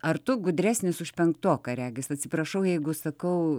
ar tu gudresnis už penktoką regis atsiprašau jeigu sakau